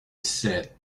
said